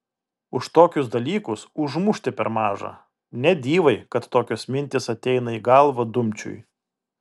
už tokius dalykus užmušti per maža ne dyvai kad tokios mintys ateina į galvą dumčiui